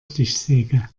stichsäge